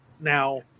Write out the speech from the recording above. Now